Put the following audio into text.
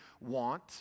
want